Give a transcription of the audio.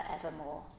forevermore